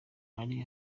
ari